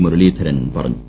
മുരളീധരൻ പറഞ്ഞു